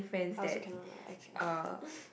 I also cannot lah I cannot